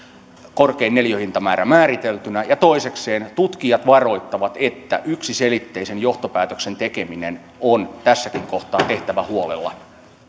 korkein neliöhintamäärä määriteltynä ja toisekseen tutkijat varoittavat että yksiselitteisen johtopäätöksen tekeminen on tässäkin kohtaa tehtävä huolella